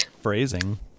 Phrasing